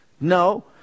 No